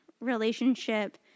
relationship